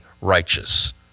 righteous